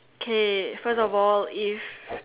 K first of all it's